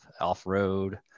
off-road